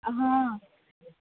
હં